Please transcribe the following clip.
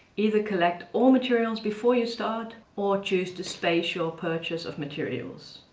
either collect all materials before you start, or choose to space your purchase of materials.